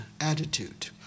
attitude